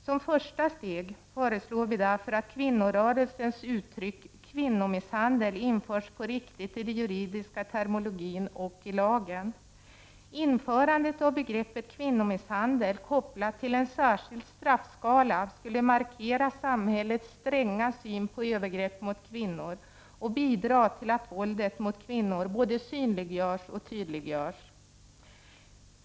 Som första steg föreslår vi därför att kvinnorörelsens uttryck ”kvinnomisshandel” införs på riktigt i den juridiska terminologin och i lagen. Införandet av begreppet kvinnomisshandel, kopplat till en särskild straffskala, skulle markera samhällets stränga syn på övergrepp mot kvinnor och bidra till att våldet mot kvinnor både synliggörs och tydliggörs.